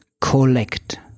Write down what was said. collect